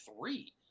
three